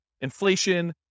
inflation